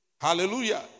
hallelujah